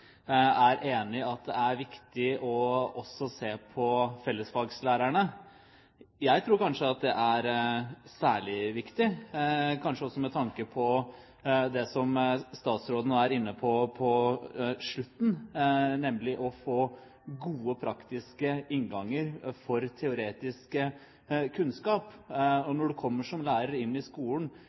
er enig i at det er viktig også å se på fellesfaglærerne. Jeg tror kanskje at det er særlig viktig – kanskje også med tanke på det som statsråden var inne på på slutten – å få gode praktiske innganger for teoretisk kunnskap. Når du kommer inn i skolen